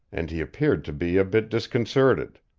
and he appeared to be a bit disconcerted.